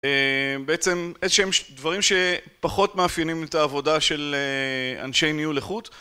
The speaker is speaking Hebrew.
בעצם איזשהם דברים שפחות מאפיינים את העבודה של אנשי ניהול איכות